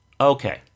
Okay